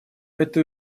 эту